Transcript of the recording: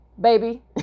baby